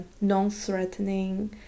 non-threatening